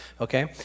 okay